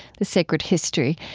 the sacred history.